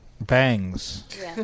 Bangs